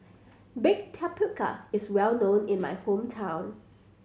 baked tapioca is well known in my hometown